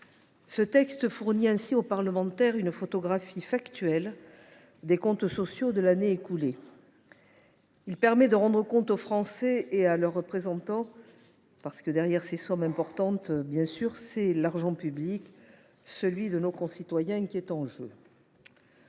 tel texte fournit ainsi aux parlementaires une photographie factuelle des comptes sociaux de l’année écoulée. Il permet de rendre compte aux Français et à leurs représentants. Car, derrière les sommes importantes dont il est question, c’est l’argent public, c’est à dire celui de nos concitoyens, qui est en jeu.